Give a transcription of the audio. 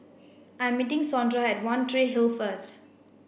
I'm meeting Sondra at One Tree Hill first